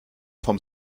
vom